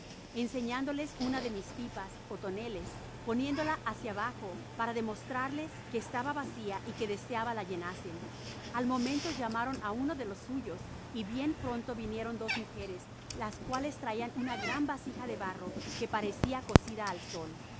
enseñándoles una de mis pipas ó toneles poniéndola hácia bajo para domostrarles que estaba vacia y que deseaba la llenasen al momento llamaron a uno de los suyos y bien pronto vinieron dos mujeres las cuales traian una gran vasija de barro que parecia cocida al sol la